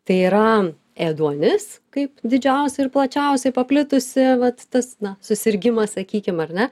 tai yra ėduonis kaip didžiausia ir plačiausiai paplitusi vat tas na susirgimas sakykim ar ne